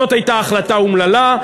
זאת הייתה החלטה אומללה.